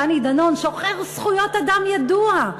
דני דנון, שוחר זכויות אדם ידוע,